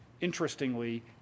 interestingly